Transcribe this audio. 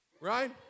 Right